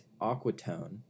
Aquatone